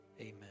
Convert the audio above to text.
amen